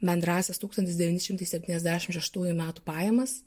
bendrąsias tūkstantis devyni šimtai septyniasdešim šeštųjų metų pajamas